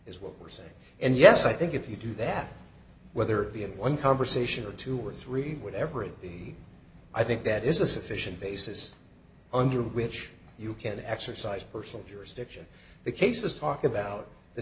is what we're saying and yes i think if you do that whether it be in one conversation or two or three whatever it be i think that is a sufficient basis under which you can exercise personal jurisdiction the cases talk about the